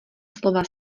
slova